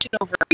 over